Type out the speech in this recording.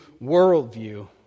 worldview